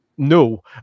No